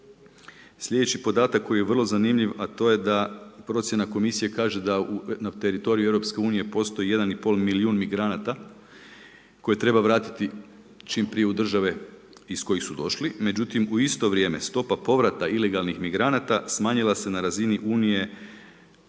Slijedeći podatak koji je vrlo zanimljiv, a to je da procjena Komisije kaže da na teritoriju EU postoji jedan i pol milijun migranata koje treba vratiti čim prije u države iz kojih su došli. Međutim, u isto vrijeme stopa povrata ilegalnih migranta smanjila se na razini Unije